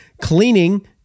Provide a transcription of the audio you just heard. Cleaning